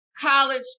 college